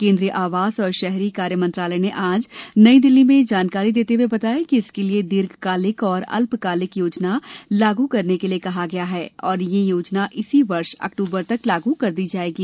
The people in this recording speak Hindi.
केंद्रीय आवास और शहरी कार्य मंत्रालय ने आज नई दिल्ली में जानकारी देते हुए बताया कि इसके लिए दीर्घकालिक और अल्पकालिक योजना लागू करने के लिए कहा गया है और यह योजना इसी वर्ष अक्टूबर तक लागू कर दी जाएगी